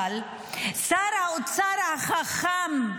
אבל שר האוצר החכם,